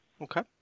Okay